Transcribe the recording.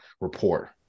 report